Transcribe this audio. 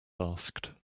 asked